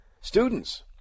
students